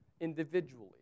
individually